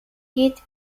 geht